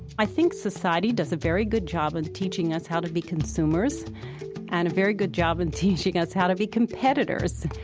i think society does a very good job of teaching us how to be consumers and a very good job in teaching us how to be competitors.